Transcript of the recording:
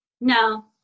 No